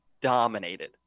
dominated